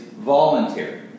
voluntary